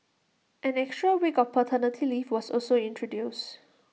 an extra week of paternity leave was also introduced